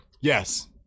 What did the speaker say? Yes